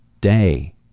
day